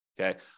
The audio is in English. Okay